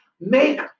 make